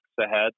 ahead